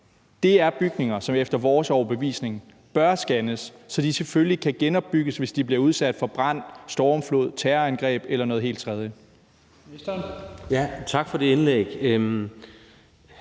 Slot, er bygninger, som efter vores overbevisning bør scannes, så de selvfølgelig kan genopbygges, hvis de bliver udsat for en brand, en stormflod, et terrorangreb eller noget helt fjerde.